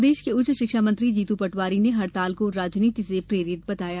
प्रदेश के उच्च शिक्षा मंत्री जीतू पटवारी ने हड़ताल को राजनीति से प्रेरित बताया है